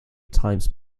times